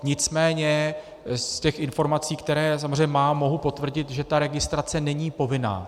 Nicméně z těch informací, které samozřejmě mám, mohu potvrdit, že ta registrace není povinná.